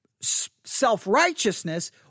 self-righteousness